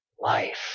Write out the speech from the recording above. life